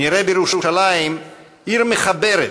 נראה בירושלים עיר מחברת,